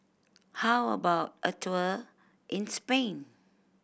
how about a tour in Spain